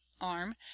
arm